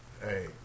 Hey